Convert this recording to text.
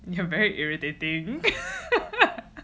you are very irritating